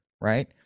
right